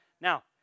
Now